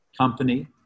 company